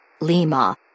Lima